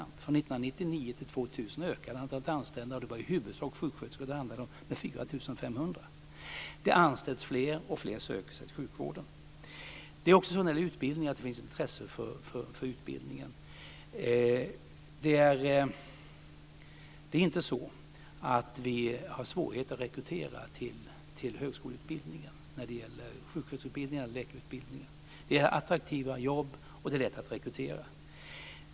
Från 1999 till 2000 ökade antalet anställda - och det var i huvudsak sjuksköterskor som det handlade om - med 4 500. Det anställs fler, och fler söker sig till sjukvården. Det finns också ett intresse för utbildningen. Vi har inte svårigheter att rekrytera till högskoleutbildningen när det gäller sjuksköterskeutbildningen eller läkarutbildningen. Det är attraktiva jobb, och det är lätt att rekrytera.